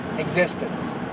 Existence